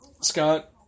Scott